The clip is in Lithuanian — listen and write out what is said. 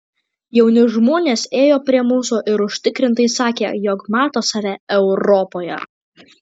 jauni žmonės ėjo prie mūsų ir užtikrintai sakė jog mato save europoje